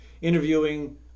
interviewing